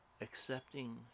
accepting